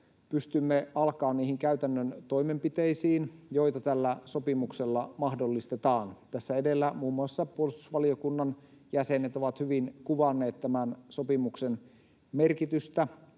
pystymme alkamaan niihin käytännön toimenpiteisiin, joita tällä sopimuksella mahdollistetaan. Tässä edellä muun muassa puolustusvaliokunnan jäsenet ovat hyvin kuvanneet tämän sopimuksen merkitystä